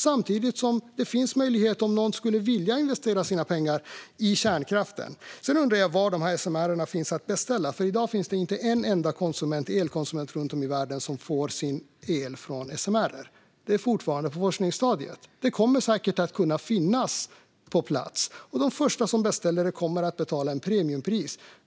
Samtidigt finns det möjlighet för den som skulle vilja att investera sina pengar i kärnkraften. Sedan undrar jag var de här SMR:erna finns att beställa. I dag finns det inte en enda elkonsument runt om i världen som får sin el från SMR:er. De är fortfarande på forskningsstadiet. De kommer säkert att kunna finnas på plats, och de första som beställer dem kommer att betala ett premiumpris.